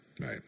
Right